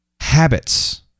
Habits